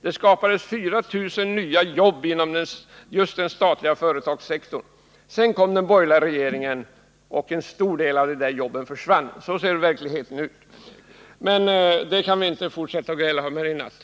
Det skapades 4 000 nya jobb inom just den statliga företagssektorn. Sedan kom den borgerliga regeringen, och en stor del av de jobben försvann. Så ser verkligheten ut. Men detta kan vi inte fortsätta att gräla mer om i natt.